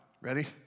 Ready